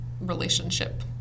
relationship